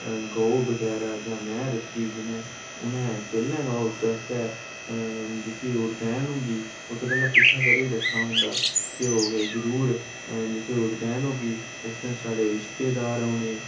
गौ बगैरा जां मैंह् रक्खी ई जि'नें उ'नें पैह्लें गै ओह् इस्सै आस्तै जेह्की ओह् रतैन होंदी उत्त गल्ला किट्ठा करियै रक्खे दा होंदा ध्योऽ दे जरूर जेह्की ओह् रतैन होगी उस दिन साढ़े रिश्तेदार औने